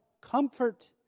Comfort